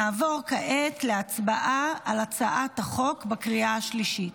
נעבור כעת להצבעה על הצעת החוק בקריאה השלישית.